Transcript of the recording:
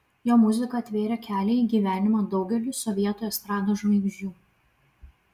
jo muzika atvėrė kelią į gyvenimą daugeliui sovietų estrados žvaigždžių